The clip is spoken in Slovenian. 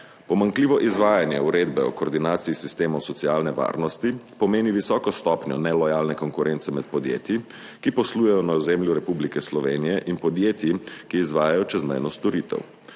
Pomanjkljivo izvajanje uredbe o koordinaciji sistemov socialne varnosti pomeni visoko stopnjo nelojalne konkurence med podjetji, ki poslujejo na ozemlju Republike Slovenije, in podjetji, ki izvajajo čezmejno storitev.